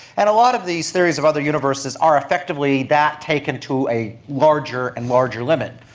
and a lot of these theories of other universes are effectively that taken to a larger and larger limit.